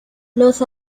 los